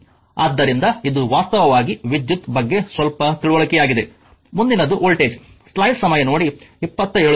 ಆದ್ದರಿಂದ ಇದು ವಾಸ್ತವವಾಗಿ ವಿದ್ಯುತ್ ಬಗ್ಗೆ ಸ್ವಲ್ಪ ತಿಳುವಳಿಕೆಯಾಗಿದೆ ಮುಂದಿನದು ವೋಲ್ಟೇಜ್